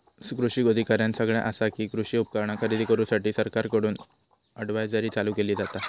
कृषी अधिकाऱ्यानं सगळ्यां आसा कि, कृषी उपकरणा खरेदी करूसाठी सरकारकडून अडव्हायजरी चालू केली जाता